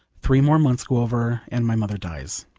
three more months go over and my mother dies.